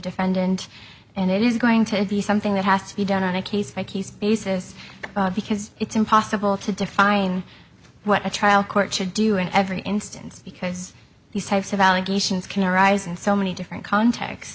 defendant and it is going to be something that has to be done on a case by case basis because it's impossible to define what a trial court should do in every instance because these types of allegations can arise in so many different context